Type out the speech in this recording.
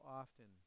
often